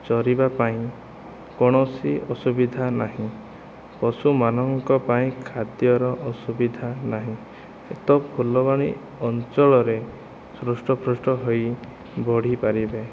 ଚରିବା ପାଇଁ କୋଣସି ଅସୁବିଧା ନାହିଁ ପଶୁମାନଙ୍କ ପାଇଁ ଖାଦ୍ୟର ଅସୁବିଧା ନାହିଁ ଏତ ଫୁଲବାଣୀ ଅଞ୍ଚଳରେ ହୃଷ୍ଟପୃଷ୍ଟ ହୋଇ ବଢ଼ିପାରିବେ